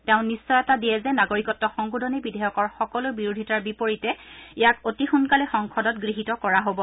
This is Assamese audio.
তেওঁ নিশ্চয়তা দিয়ে যে নাগৰিকত্ সংশোধনী বিধেয়কৰ সকলো বিৰোধিতাৰ বিপৰীতে ইয়াক অতি সোনকালে সংসদত গৃহীত কৰা হ'ব